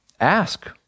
Ask